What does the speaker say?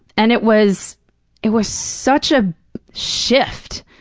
and it was it was such a shift.